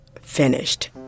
finished